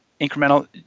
incremental